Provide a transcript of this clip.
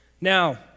Now